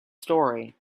story